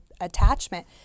attachment